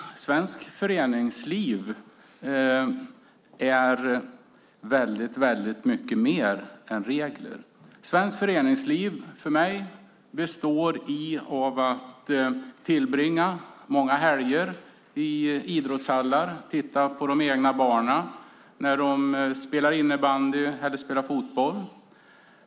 Fru talman! Svenskt föreningsliv är mycket mer än regler. Svenskt föreningsliv består för mig i att tillbringa många helger i idrottshallar och titta på de egna barnen när de spelar innebandy eller fotboll.